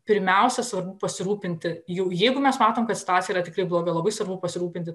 pirmiausia svarbu pasirūpinti jau jeigu mes matom kad situacija yra tikrai bloga labai svarbu pasirūpinti